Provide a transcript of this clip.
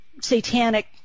satanic